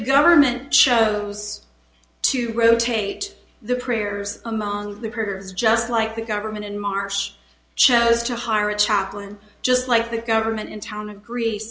government chose to rotate the prayers among their peers just like the government in march chose to hire a chaplain just like the government in town agree